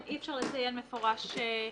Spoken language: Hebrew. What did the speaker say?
מה הבעיה?